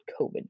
covid